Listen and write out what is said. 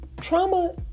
Trauma